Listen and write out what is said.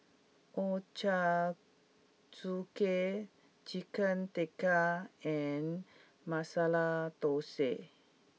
Ochazuke Chicken Tikka and Masala Dosa